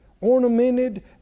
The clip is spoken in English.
ornamented